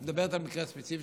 את מדברת על המקרה הספציפי,